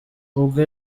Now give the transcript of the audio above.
ubwo